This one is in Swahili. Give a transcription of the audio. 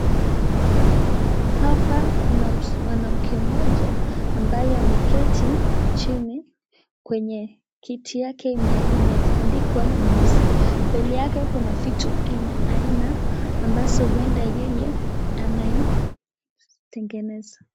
Hapa Kuna mwanamke moja ambaye ameketi chini kwenye kiti yake imetandikwa nyeusi mbele yake kuna vitu aina aina ambazo uenda yeye anaitengeneza.